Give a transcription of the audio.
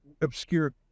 obscure